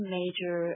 major